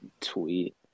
tweet